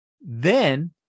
Then-